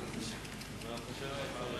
אדוני ראש הממשלה,